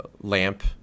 lamp